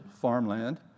farmland